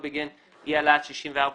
בגין אי העלאת גיל הפרישה מ-62 ל-64.